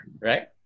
right